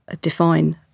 define